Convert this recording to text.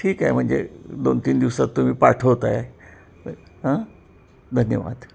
ठीक आहे म्हणजे दोन तीन दिवसात तुम्ही पाठवत आहे हं धन्यवाद